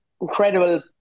incredible